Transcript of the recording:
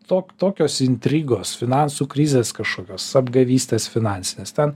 tok tokios intrigos finansų krizės kažkokios apgavystės finansinės ten